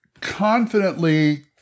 confidently